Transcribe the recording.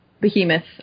Behemoth